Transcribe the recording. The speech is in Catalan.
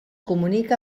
comunica